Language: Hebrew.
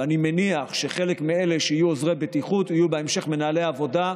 ואני מניח שחלק מאלה שיהיו עוזרי בטיחות יהיו בהמשך מנהלי עבודה.